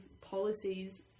policies